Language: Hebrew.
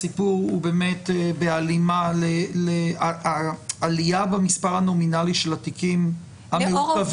הסיפור הוא באמת בהלימה לעלייה במספר הנומינלי של התיקים המורכבים